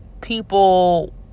people